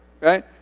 right